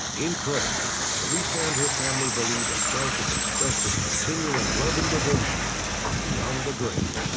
incredibly, teresa and her family believe that frank has expressed his continuing love and devotion from beyond the grave.